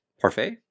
parfait